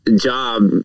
job